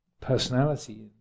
personality